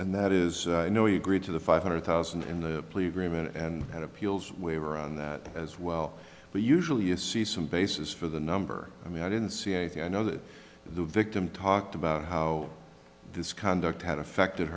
and that is no you agreed to the five hundred thousand in the plea agreement and appeals waiver on that as well but usually you see some basis for the number i mean i didn't see anything i know that the victim talked about how this conduct had affected